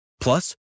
Plus